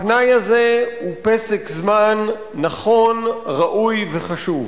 הפנאי הזה הוא פסק זמן נכון, ראוי וחשוב.